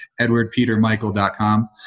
edwardpetermichael.com